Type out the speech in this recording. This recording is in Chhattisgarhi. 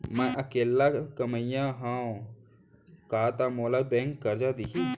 मैं अकेल्ला कमईया हव त का मोल बैंक करजा दिही?